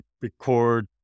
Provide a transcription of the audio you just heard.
record